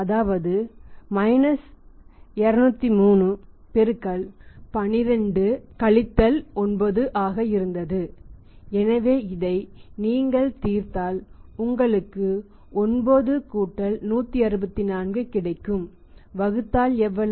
அதாவது 203 x ஆக இருந்தது எனவே இதை நீங்கள் தீர்த்தால் உங்களுக்கு 9 164 கிடைக்கும் வகுத்தல் எவ்வளவு